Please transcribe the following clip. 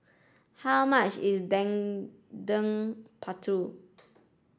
how much is Dendeng Paru